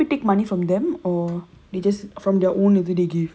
so do~ do~ does the Shopee take money from them or they just from their own சொந்தம்:sondham give